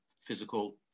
physical